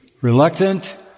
reluctant